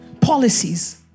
policies